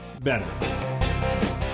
better